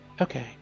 okay